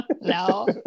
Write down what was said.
no